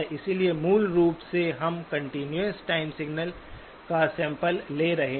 इसलिए मूल रूप से हम कंटीन्यूअस टाइम सिग्नल का सैंपल ले रहे हैं